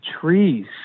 trees